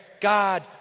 God